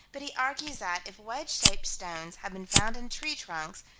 but he argues that, if wedge-shaped stones have been found in tree trunks,